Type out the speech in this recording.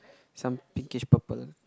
some pinkish purple